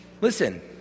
listen—